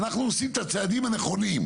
אנחנו עושים את הצעדי הנכונים.